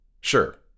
Sure